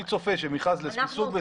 אני צופה שלמכרז מסוג מסוים --- אנחנו